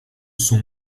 son